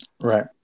right